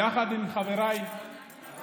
הצעת חוק השמירה על המקומות הקדושים (תיקון,